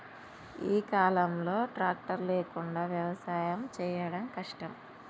ఈ కాలం లో ట్రాక్టర్ లేకుండా వ్యవసాయం చేయడం కష్టం